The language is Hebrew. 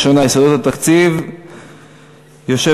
ראשונה: הצעת חוק יסודות התקציב (תיקון מס'